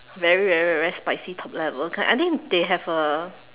very very very spicy level I think they have a